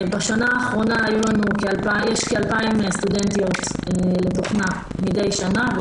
יש כ-2,000 סטודנטיות לתוכנה מידי שנה.